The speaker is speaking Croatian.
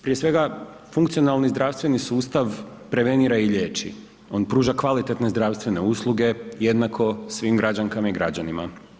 Prije svega funkcionalni zdravstveni sustav, prevenira i liječi, on pruža kvalitetne zdravstvene usluge jednako svim građankama i građanima.